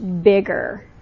bigger